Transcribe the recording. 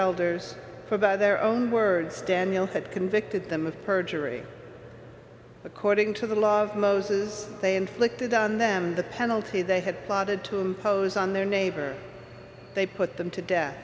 elders for by their own words daniel had convicted them of perjury according to the law of moses they inflicted on them the penalty they had plotted to impose on their neighbor they put them to death